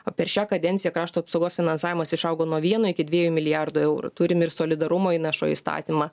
o per šią kadenciją krašto apsaugos finansavimas išaugo nuo vieno iki dvienų milijardų eurų turim ir solidarumo įnašo įstatymą